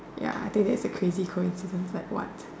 ya I think that's a crazy coincidence like what